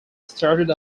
started